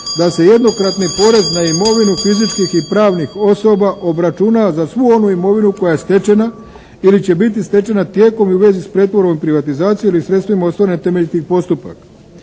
da se jednokratni porez na imovinu fizičkih i pravnih osoba obračuna za svu onu imovinu koja je stečena ili će biti stečena tijekom i u vezi s pretvorbom i privatizacijom ili sredstvima ostvarenim na temelju tih postupaka